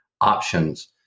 options